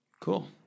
Cool